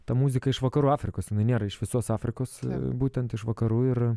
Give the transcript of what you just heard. ta muzika iš vakarų afrikos jinai nėra iš visos afrikos būtent iš vakarų ir